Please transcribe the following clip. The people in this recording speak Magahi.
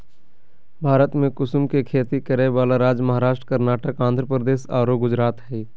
भारत में कुसुम के खेती करै वाला राज्य महाराष्ट्र, कर्नाटक, आँध्रप्रदेश आरो गुजरात हई